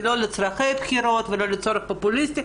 זה לא לצרכי בחירות ולא לצורך פופוליסטי.